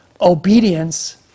obedience